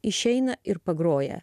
išeina ir pagroja